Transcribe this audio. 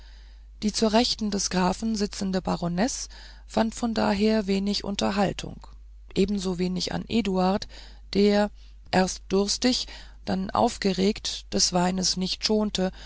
die zur rechten des grafen sitzende baronesse fand von daher wenig unterhaltung ebensowenig an eduard der erst durstig dann aufgeregt des weines nicht schonte